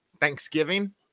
Thanksgiving